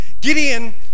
Gideon